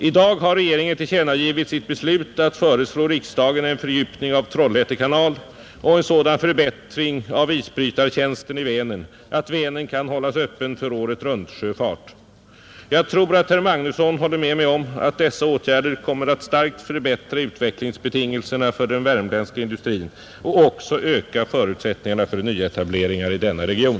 I dag har regeringen tillkännagivit sitt beslut att föreslå riksdagen en fördjupning av Trollhätte kanal och en sådan förbättring av isbrytartjänsten i Vänern att Vänern kan hållas öppen för året-runt-sjöfart, Jag tror att herr Magnusson håller med mig om att dessa åtgärder kommer att starkt förbättra utvecklingsbetingelserna för den värmländska industrin och också öka förutsättningarna för nyetableringar i denna region.